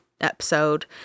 episode